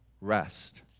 rest